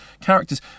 characters